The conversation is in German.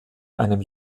einem